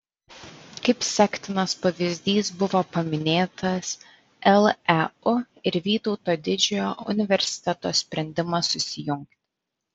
kaip sektinas pavyzdys buvo paminėtas leu ir vytauto didžiojo universiteto sprendimas susijungti